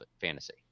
fantasy